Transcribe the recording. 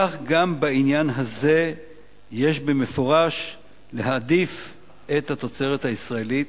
כך גם בעניין הזה יש להעדיף במפורש את התוצרת הישראלית.